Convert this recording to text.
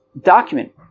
document